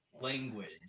language